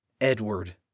Edward